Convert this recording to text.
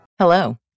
Hello